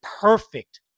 perfect